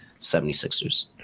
76ers